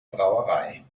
brauerei